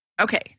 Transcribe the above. Okay